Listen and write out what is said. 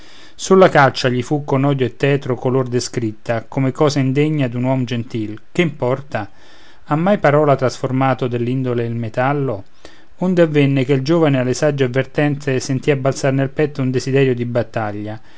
la caccia gli fu con odio e tetro color descritta come cosa indegna d'uomo gentil che importa ha mai parola trasformato dell'indole il metallo onde avvenne che il giovine alle sagge avvertenze sentia balzar nel petto un desiderio di battaglia